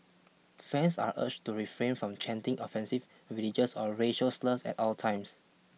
fans are urged to refrain from chanting offensive religious or racial slurs at all times